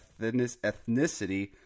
ethnicity